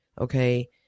okay